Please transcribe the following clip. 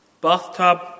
bathtub